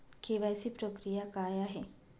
KYC प्रक्रिया काय आहे?